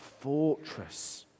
fortress